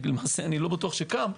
למעשה אני לא בטוח שקם.